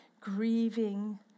grieving